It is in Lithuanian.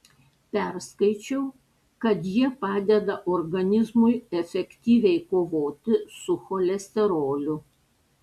perskaičiau kad jie padeda organizmui efektyviai kovoti su cholesteroliu